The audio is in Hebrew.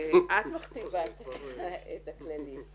טוב, את מכתיבה את הכללים.